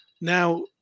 now